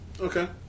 Okay